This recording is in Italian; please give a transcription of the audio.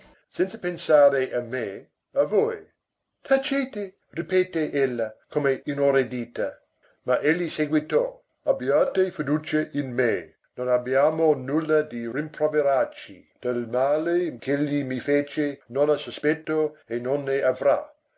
senza pensare a me a voi tacete ripeté ella come inorridita ma egli seguitò abbiate fiducia in me non abbiamo nulla da rimproverarci del male ch'egli mi fece non ha sospetto e non ne avrà